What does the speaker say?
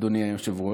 אדוני היושב-ראש?